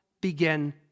begin